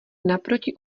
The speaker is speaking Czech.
naproti